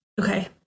Okay